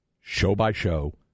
show-by-show